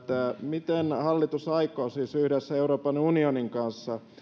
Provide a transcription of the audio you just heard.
mitä hallitus aikoo tehdä siis yhdessä euroopan unionin kanssa